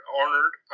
honored